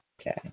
Okay